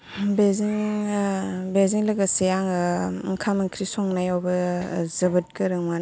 बेजों बेजों लोगोसे आङो ओंखाम ओंख्रि संनायावबो जोबोद गोरोंमोन